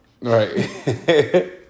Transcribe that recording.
Right